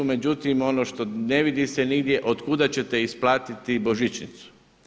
Međutim ono što ne vidi se nigdje od kuda ćete isplatiti božićnicu.